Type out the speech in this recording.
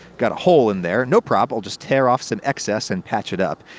got a hole and there no prob, i'll just tear off some excess and patch it up.